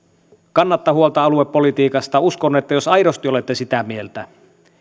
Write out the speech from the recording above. kannatte huolta aluepolitiikasta uskon että jos aidosti olette sitä mieltä